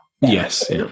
Yes